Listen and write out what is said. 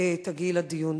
תגיעי לדיון.